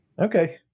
Okay